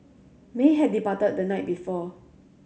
may had departed the night before